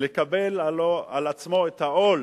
גם לקבל על עצמו את העול